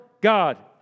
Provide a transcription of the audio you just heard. God